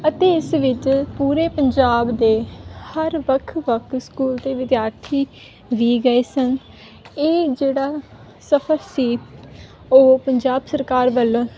ਅਤੇ ਇਸ ਵਿੱਚ ਪੂਰੇ ਪੰਜਾਬ ਦੇ ਹਰ ਵੱਖ ਵੱਖ ਸਕੂਲ ਦੇ ਵਿਦਿਆਰਥੀ ਵੀ ਗਏ ਸਨ ਇਹ ਜਿਹੜਾ ਸਫਰ ਸੀ ਉਹ ਪੰਜਾਬ ਸਰਕਾਰ ਵੱਲੋਂ